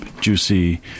juicy